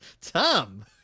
Tom